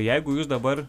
jeigu jūs dabar